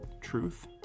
Truth